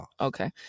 Okay